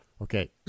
Okay